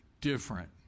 different